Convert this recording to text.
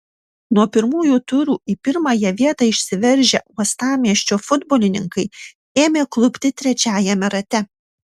nuo pirmųjų turų į pirmąją vietą išsiveržę uostamiesčio futbolininkai ėmė klupti trečiajame rate